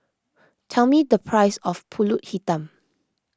tell me the price of Pulut Hitam